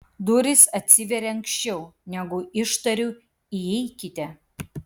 durys atsiveria anksčiau negu ištariu įeikite